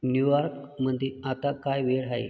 न्यूऑर्कमधे आता काय वेळ आहे